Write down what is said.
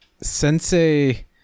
Sensei